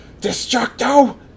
destructo